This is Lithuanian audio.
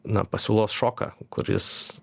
na pasiūlos šoką kuris